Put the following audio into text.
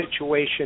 situation